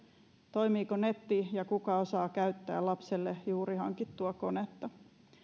toimiiko netti ja kuka osaa käyttää lapselle juuri hankittua konetta